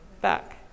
back